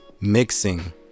mixing